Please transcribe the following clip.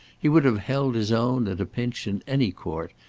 he would have held his own, at a pinch, in any court,